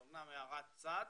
זאת אמנם הערת צד,